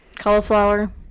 Cauliflower